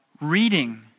reading